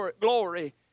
glory